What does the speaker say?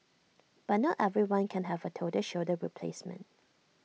but not everyone can have A total shoulder replacement